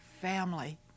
family